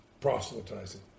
proselytizing